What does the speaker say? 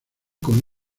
con